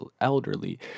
elderly